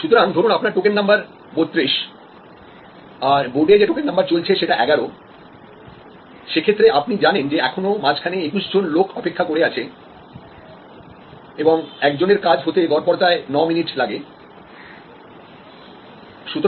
সুতরাং ধরুন আপনার টোকেন নাম্বার 32 আর বোর্ডে যে টোকেন নাম্বার চলছে সেটা 11 সেক্ষেত্রে আপনি জানেন যে এখনও মাঝখানে 21 জন লোক অপেক্ষা করে আছে এবং একজনের কাজ হতে গড়পড়তায় 9 মিনিট লাগে